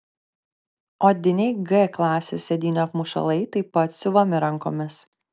odiniai g klasės sėdynių apmušalai taip pat siuvami rankomis